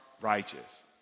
righteous